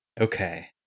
Okay